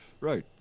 Right